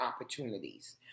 opportunities